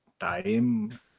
time